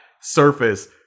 surface